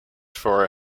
for